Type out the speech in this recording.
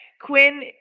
Quinn